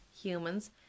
humans